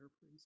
please